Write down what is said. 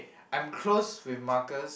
I'm close with Marcus